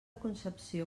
concepció